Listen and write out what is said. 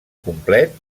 complet